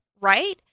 Right